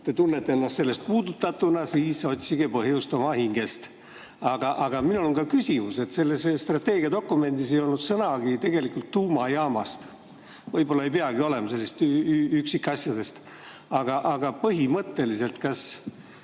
te tunnete ennast sellest puudutatuna, siis otsige põhjust oma hingest. Aga minul on ka küsimus. Selles strateegiadokumendis ei olnud sõnagi tegelikult tuumajaamast. Võib-olla ei peagi olema üksikasju, aga põhimõtteliselt, kas